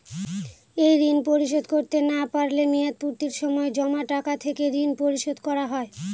এই ঋণ পরিশোধ করতে না পারলে মেয়াদপূর্তির সময় জমা টাকা থেকে ঋণ পরিশোধ করা হয়?